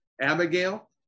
Abigail